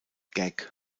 gag